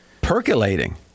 percolating